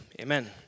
amen